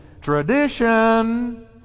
tradition